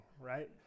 right